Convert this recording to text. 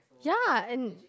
ya and